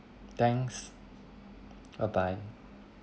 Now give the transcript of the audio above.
thanks bye bye